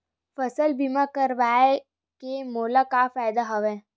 फसल बीमा करवाय के मोला का फ़ायदा हवय?